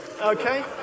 Okay